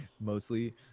mostly